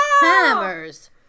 Hammers